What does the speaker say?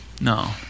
No